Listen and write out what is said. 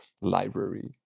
library